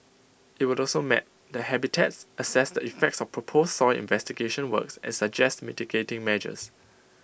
IT will also map the habitats assess the effects of proposed soil investigation works and suggest mitigating measures